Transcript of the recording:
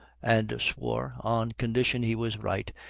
and swore, on condition he was right,